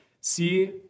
see